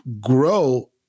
grow